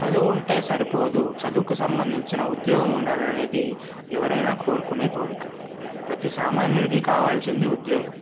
చదువు ఉంటే సరిపోదు చదువుకు సంబంధించిన ఉద్యోగం ఉండాలి అనేది ఎవరైనా కోరుకునే కోరిక ప్రతీ సామాన్యుడికి కావలసింది ఉద్యోగం